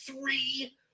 three